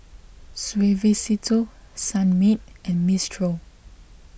Suavecito Sunmaid and Mistral